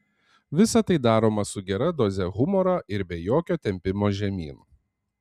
visa tai daroma su gera doze humoro ir be jokio tempimo žemyn